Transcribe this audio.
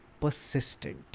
persistent